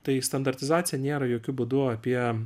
tai standartizacija nėra jokiu būdu apie